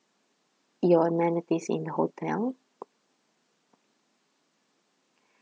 your amenities in the hotel